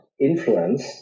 influence